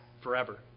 forever